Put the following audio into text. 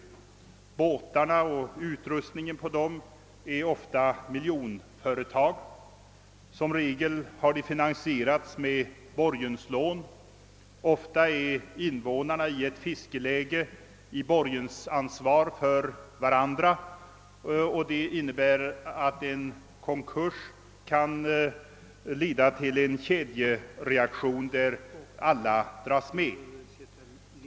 Deras båtar med tillhörande utrustning är ofta miljonföretag. Som regel har de finansierats med borgenslån. Ofta är invånarna i ett fiskeläge i borgensansvar för varandra, och det innebär att en konkurs kan leda till en kedjereaktion där alla dras med.